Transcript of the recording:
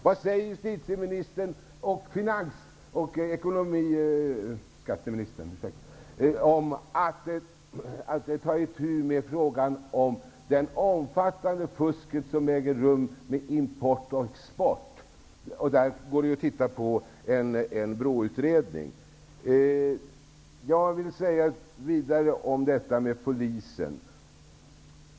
Vad säger justitieministern och skatteministern om att ta itu med det omfattande fusk som äger rum i fråga om import och export? Där finns också en utredning från BRÅ.